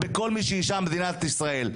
בכל מי שהיא אישה במדינת ישראל,